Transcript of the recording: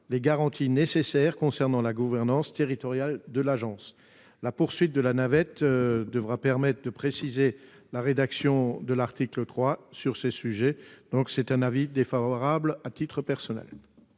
les garanties nécessaires concernant la gouvernance territoriale de l'agence. La suite de la navette devra permettre de préciser la rédaction de l'article 3 sur ce sujet. Dans cette attente, j'émets, à titre personnel,